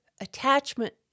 attachment